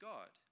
God